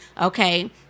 okay